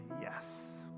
yes